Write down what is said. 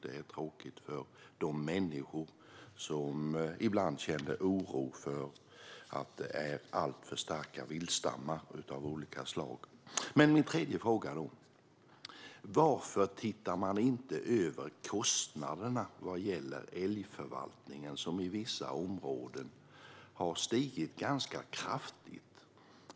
Det är även tråkigt för de människor som ibland känner oro över att viltstammar av olika slag är alltför starka. Låt mig gå över till min tredje fråga. Varför ses inte kostnaderna för älgförvaltningen över? De har i vissa områden stigit ganska kraftigt.